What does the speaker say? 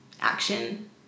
action